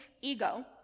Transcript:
ego